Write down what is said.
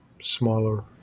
smaller